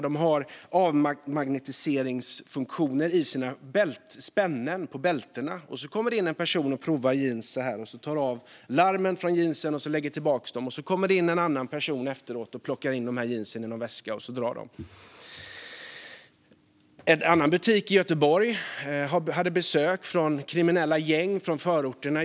De har avmagnetiseringsfunktioner i spännena på sina bälten. En person kommer in och provar jeans, tar av larmen från jeansen och lägger tillbaka dem. Sedan kommer en annan person, plockar in jeansen i en väska och drar. En annan butik i Göteborg fick besök av kriminella gäng från förorterna.